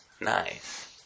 Nice